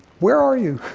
where are you?